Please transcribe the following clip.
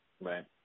Right